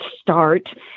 start